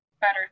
better